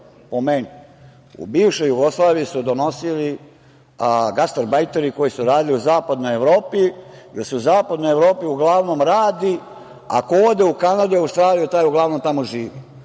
u bivšoj Jugoslaviji su donosili gastarbajteri koji su radili u zapadnoj Evropi, jer se u zapadnoj Evropi uglavnom radi, a ko ode u Kanadu i Australiju, taj uglavnom tamo živi.